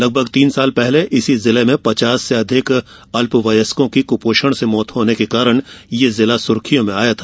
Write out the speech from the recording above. लगभग तीन साल पहले इस जिले में पचास से अधिक अल्पवयस्कों की कुपोषण से मौत के कारण यह जिला सुर्खियों में आया था